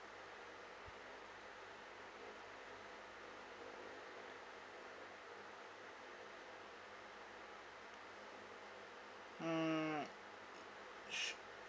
mm